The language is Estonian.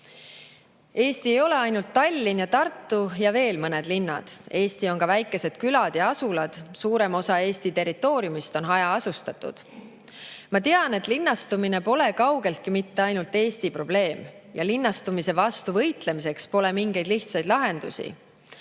Eesti ei ole ainult Tallinn ja Tartu ja veel mõned linnad. Eesti on ka väikesed külad ja asulad. Suurem osa Eesti territooriumist on hajaasustatud. Ma tean, et linnastumine pole kaugeltki mitte ainult Eesti probleem ja linnastumise vastu võitlemiseks pole mingeid lihtsaid lahendusi.